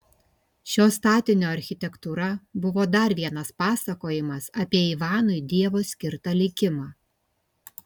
šio statinio architektūra buvo dar vienas pasakojimas apie ivanui dievo skirtą likimą